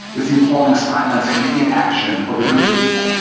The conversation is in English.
it's the appalling silence and inaction of the good people.